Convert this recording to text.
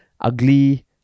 ugly